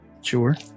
Sure